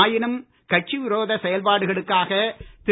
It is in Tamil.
ஆயினும் கட்சி விரோத செயல்பாடுகளுக்காக திரு